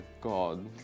God